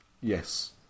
Yes